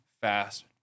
fast